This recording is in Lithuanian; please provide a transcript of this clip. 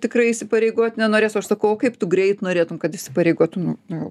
tikrai įsipareigot nenorėsiu o aš sakau o kaip tu greit norėtum kad įsipareigotų nu nu